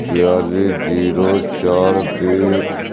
ਬਿਆਲੀ ਜ਼ੀਰੋ ਚਾਰ ਦੀ